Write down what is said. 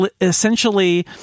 essentially